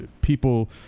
People